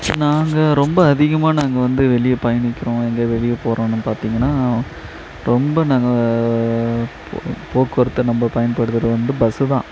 நாங்கள் ரொம்ப அதிகமாக நாங்கள் வந்து வெளியே பயணிக்கிறோம் எங்கள் வெளியே போகிறோன்னு பார்த்திங்கன்னா ரொம்ப நாங்கள் போக்கு போக்குவரத்து நம்ம பயன்படுத்துறது வந்து பஸ்ஸு தான்